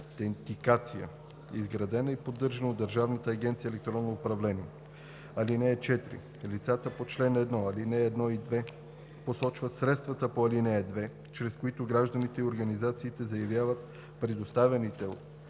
(4) Лицата по чл. 1, ал. 1 и 2 посочват средствата по ал. 2, чрез които гражданите и организациите заявяват предоставяните от